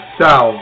South